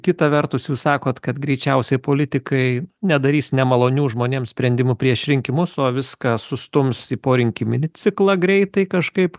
kita vertus jūs sakot kad greičiausiai politikai nedarys nemalonių žmonėms sprendimų prieš rinkimus o viską sustums į porinkiminį ciklą greitai kažkaip